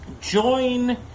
join